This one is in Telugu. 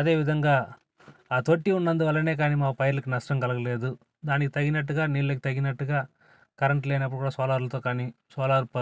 అదేవిధంగా ఆ తొట్టి ఉన్నందు వలనే కానీ మా పైర్లకి నష్టం కలగలేదు దానికి తగినట్టుగా నీళ్ళకి తగినట్టు కరెంటు లేనప్పుడు కూడా సోలార్తో కాని సోలార్ ప